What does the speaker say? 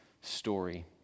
story